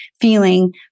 feeling